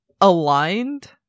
aligned